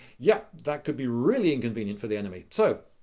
yeah, that could be really inconvenient for the enemy. so.